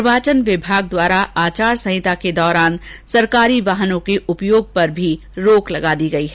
निर्वाचन विभाग द्वारा आचार संहिता के दौरान सरकारी वाहनों के उपयोग पर भी रोक लगा दी गयी है